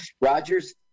Rogers